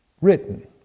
written